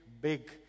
big